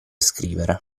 scrivere